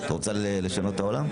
את רוצה לשנות את העולם?